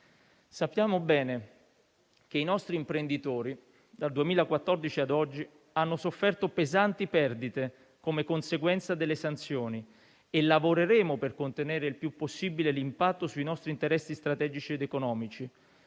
Sappiamo bene che i nostri imprenditori, dal 2014 ad oggi, hanno sofferto pesanti perdite come conseguenza delle sanzioni e lavoreremo per contenere il più possibile l'impatto sui nostri interessi strategici ed economici.